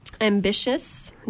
ambitious